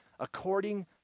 according